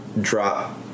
drop